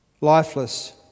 lifeless